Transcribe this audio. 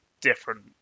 different